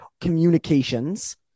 communications